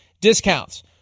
discounts